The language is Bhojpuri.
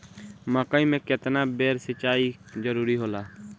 मकई मे केतना बेर सीचाई जरूरी होला?